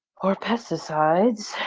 or pesticides.